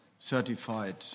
certified